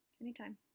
Anytime